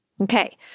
Okay